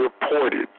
reported